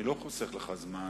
אני לא חוסך לך זמן,